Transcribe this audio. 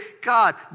God